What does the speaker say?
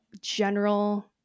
general